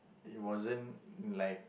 it wasn't like